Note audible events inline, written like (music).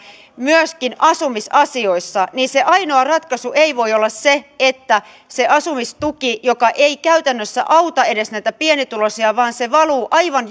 myöskin asumisasioissa niin se ainoa ratkaisu ei voi olla se että se asumistuki joka ei käytännössä edes auta näitä pienituloisia vaan valuu aivan (unintelligible)